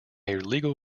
legal